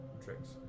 tricks